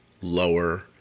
lower